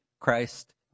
Christ